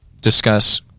discuss